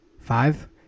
Five